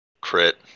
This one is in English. Crit